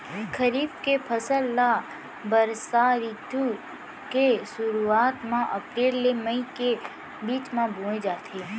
खरीफ के फसल ला बरसा रितु के सुरुवात मा अप्रेल ले मई के बीच मा बोए जाथे